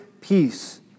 peace